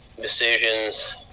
decisions